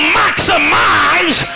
maximize